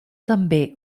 també